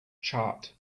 chart